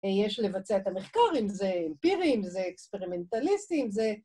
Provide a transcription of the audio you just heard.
‫יש לבצע את המחקר אם זה אמפירי, ‫אם זה אקספרמנטליסטי, אם זה...